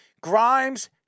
Grimes